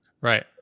right